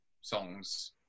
songs